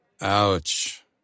Ouch